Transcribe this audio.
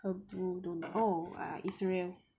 Hebrew don't know oh Israel